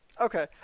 Okay